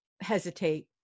hesitate